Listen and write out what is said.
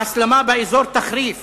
ההסלמה באזור תחריף